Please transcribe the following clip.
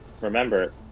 Remember